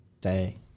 day